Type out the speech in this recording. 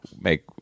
make